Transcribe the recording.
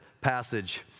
passage